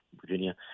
Virginia